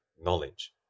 knowledge